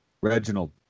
Reginald